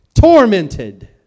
tormented